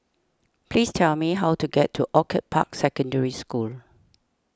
please tell me how to get to Orchid Park Secondary School